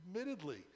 admittedly